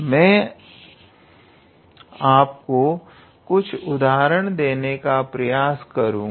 मैं आपको कुछ उदाहरण देने का प्रयास करूंगा